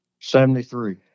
Seventy-three